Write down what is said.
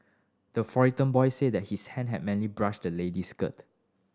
the frightened boy said that his hand had merely brushed the lady's skirt